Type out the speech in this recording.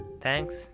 Thanks